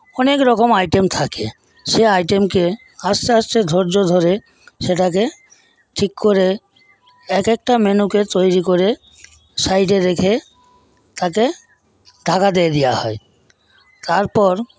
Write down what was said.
অনেকরকম আইটেম থাকে সে আইটেমকে আস্তে আস্তে ধৈর্য ধরে সেটাকে ঠিক করে এক একটা মেনুকে তৈরি করে সাইডে রেখে তাতে তাগাদে দেওয়া হয় তারপর